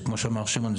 שכמו שאמר שמעון,